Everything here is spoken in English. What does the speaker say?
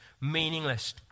meaningless